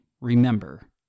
remember